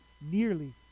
nearly